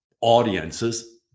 audiences